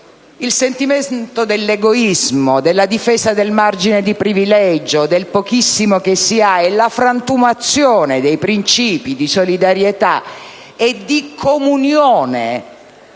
del sentimento dell'egoismo, della difesa del margine di privilegio, del pochissimo che si ha, i principi di solidarietà e di comunione